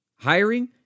Hiring